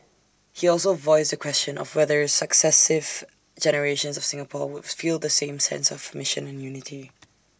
he also voiced the question of whether successive generations of Singapore would feel the same sense of mission and unity